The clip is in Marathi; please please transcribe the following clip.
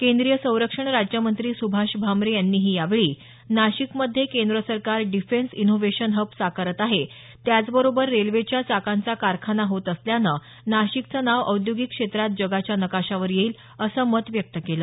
केंद्रीय संरक्षण राज्यमंत्री सुभाष भामरे यांनीही यावेळी नाशिक मध्ये केंद्र सरकार डिफेन्स इनोव्हेशन हब साकारत आहे त्याचबरोबर रेल्वेच्या चाकांचा कारखाना होत असल्यानं नाशिकचं नाव औद्योगिक क्षेत्रात जगाच्या नकाशावर येईल असं मत व्यक्त केलं